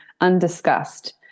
undiscussed